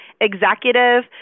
executive